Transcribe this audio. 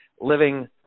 living